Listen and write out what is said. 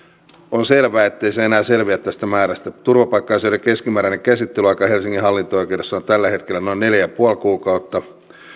on selvää ettei se enää selviä tästä määrästä turvapaikka asioiden keskimääräinen käsittelyaika helsingin hallinto oikeudessa on tällä hetkellä noin neljä pilkku viisi kuukautta